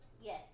Yes